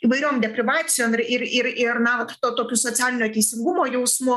įvairiom deprivacijom ir ir ir na tuo tokiu socialinio teisingumo jausmu